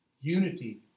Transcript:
Unity